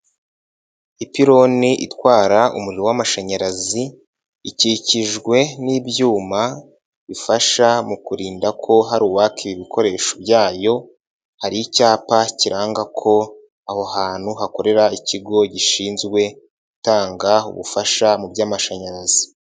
Ipironi itwara umuriro w'amashanyarazi, ikikijwe n'ibyuma bifasha mu kurinda ko hari uwaka ibikoresho byayo. Hari icyapa kiranga ko aho hantu hakorera ikigo gishinzwe gutanga ubufasha mu by'amashanyarazi.